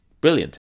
brilliant